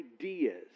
ideas